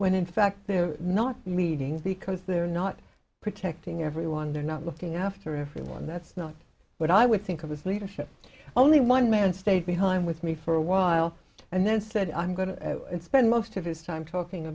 when in fact they're not meetings because they're not protecting everyone they're not looking after everyone that's not what i would think of his leadership only one man stayed behind with me for a while and then said i'm going to spend most of his time talking